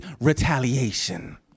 retaliation